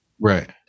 Right